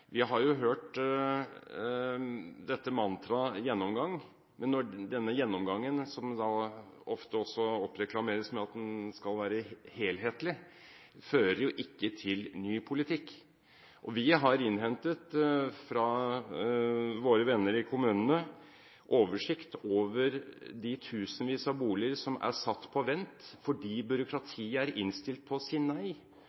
Vi har jo hørt dette mantraet «gjennomgang», men denne «gjennomgangen», som det ofte også reklameres med at skal være helhetlig, fører ikke til ny politikk. Vi har innhentet fra våre venner i kommunene oversikt over de tusenvis av boliger som er satt på vent fordi